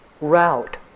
route